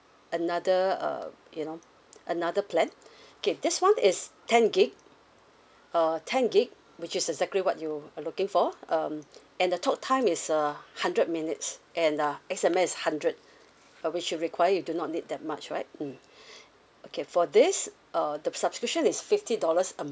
another uh you know another plan okay this one is ten gig uh ten gig which is exactly what you are looking for um and the talk time is uh hundred minutes and uh S_M_S is hundred uh which you require you do not need that much right mm okay for this uh the subscription is fifty dollars a